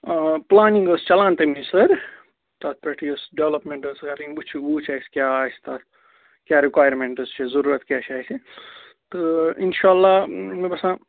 آ پُلانِنٛگ ٲس چَلان تَمِچ سَر تَتھ پٮ۪ٹھ یُس ڈیولَپمٮ۪نٛٹ ٲس کَرٕنۍ وُچھِ وُچھ اَسہِ کیٛاہ آسہِ تَتھ کیٛاہ رِکوایرمٮ۪نٛٹٕس چھِ ضروٗرت کیٛاہ چھِ اَسہِ تہٕ اِنشاء اللہ مےٚ باسان